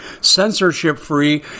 censorship-free